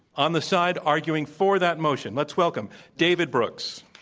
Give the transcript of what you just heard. on the side arguing for that motion, let's welcome david brooks,